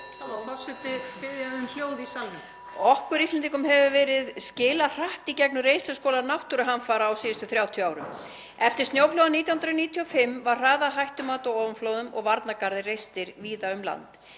Okkur Íslendingum hefur verið skilað hratt í gegnum reynsluskóla náttúruhamfara á síðustu 30 árum. Eftir snjóflóðin 1995 var hraðað hættumati á ofanflóðum og varnargarðar reistir víða um land.